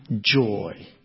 joy